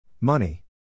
Money